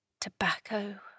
Tobacco